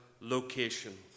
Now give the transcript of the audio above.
location